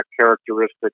characteristic